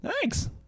thanks